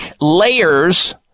layers